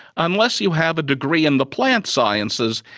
unless you have a degree in the plant sciences,